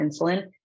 insulin